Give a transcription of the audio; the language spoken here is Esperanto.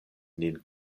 nin